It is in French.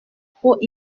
trop